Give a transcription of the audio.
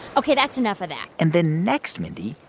ok, that's enough of that and then next, mindy,